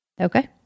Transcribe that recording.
Okay